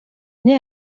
née